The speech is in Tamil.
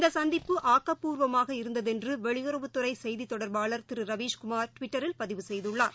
இந்த சந்திப்பு ஆக்கபூர்வமாக இருந்ததென்று வெளியுறவு துறை செய்திதொடர்பாளர் திரு ரவிஷ் குமார் டிவிட்டரில் பதிவு செய்துள்ளார்